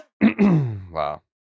Wow